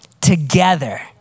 together